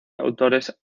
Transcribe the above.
autores